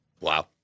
Wow